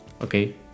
Okay